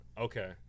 Okay